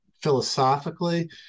philosophically